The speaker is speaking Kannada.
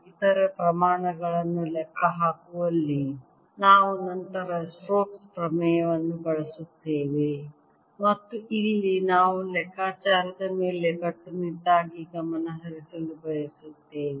ಇತರ ಪ್ರಮಾಣಗಳನ್ನು ಲೆಕ್ಕಹಾಕುವಲ್ಲಿ ನಾವು ನಂತರ ಸ್ಟೋಕ್ಸ್ ಪ್ರಮೇಯವನ್ನು ಬಳಸುತ್ತೇವೆ ಮತ್ತು ಇಲ್ಲಿ ನಾವು ಲೆಕ್ಕಾಚಾರದ ಮೇಲೆ ಕಟ್ಟುನಿಟ್ಟಾಗಿ ಗಮನಹರಿಸಲು ಬಯಸುತ್ತೇವೆ